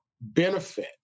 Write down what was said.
benefit